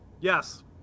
Yes